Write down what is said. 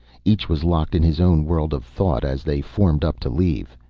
each was locked in his own world of thought as they formed up to leave.